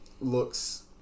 looks